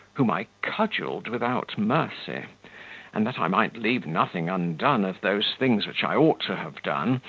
whom i cudgelled without mercy and, that i might leave nothing undone of those things which i ought to have done,